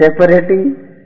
Separating